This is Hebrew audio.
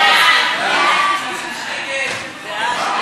שם החוק